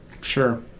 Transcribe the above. Sure